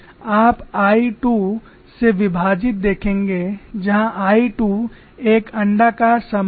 आप I 2 से विभाजित देखेंगे जहां I 2 एक अण्डाकार समाकल है